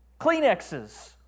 Kleenexes